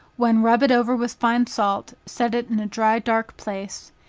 when rub it over with fine salt, set it in a dry dark place,